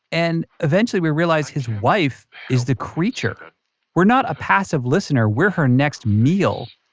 and eventually we realize his wife is the creature. and we're not a passive listener. we're her next meal